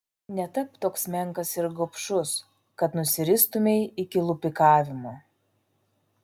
netapk toks menkas ir gobšus kad nusiristumei iki lupikavimo